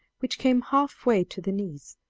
which came half-way to the knees,